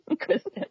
Kristen